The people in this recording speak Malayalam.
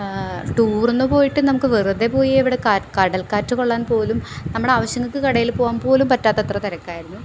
ടൂറിന് പോയിട്ട് നമുക്ക് വെറുതെ പോയി അവിടെ കടൽകാറ്റ് കൊള്ളാൻ പോലും നമ്മുടെ ആവശ്യങ്ങൾക്ക് കടയിൽ പോകാൻ പോലും പറ്റാത്തത്ര തിരക്കായിരുന്നു